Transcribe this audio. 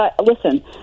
Listen